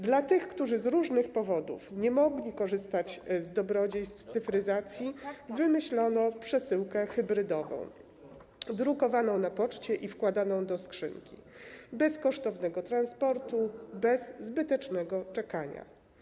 Dla tych, którzy z różnych powodów nie mogli korzystać z dobrodziejstw cyfryzacji, wymyślono przesyłkę hybrydową, drukowaną na poczcie i wkładaną do skrzynki, bez kosztownego transportu, bez zbytecznego czekania.